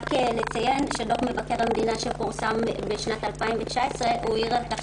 אציין שדוח מבקר המדינה שפורסם בשנת 2019 העיר על כך